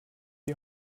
die